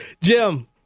Jim